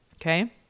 Okay